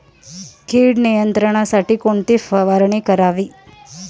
कीड नियंत्रणासाठी कोणती फवारणी करावी?